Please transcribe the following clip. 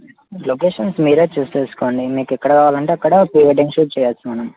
locations మీరే choose చేసుకోండి మీకు ఎక్కడ కావాలంటే అక్కడ ప్రీ వెడ్డింగ్ షూట్ చేయొచ్చు మ్యాడం